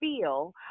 feel